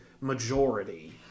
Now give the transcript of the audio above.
majority